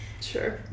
sure